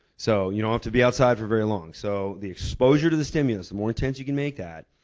so you don't have to be outside for very long. so the exposure to the stimulus, the more intense you can make that,